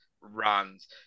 runs